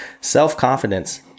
self-confidence